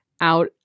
out